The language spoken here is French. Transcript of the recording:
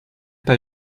pas